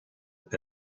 and